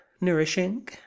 nourishing